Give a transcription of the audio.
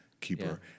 keeper